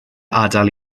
adael